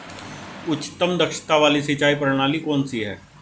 उच्चतम दक्षता वाली सिंचाई प्रणाली कौन सी है?